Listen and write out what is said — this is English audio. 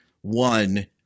one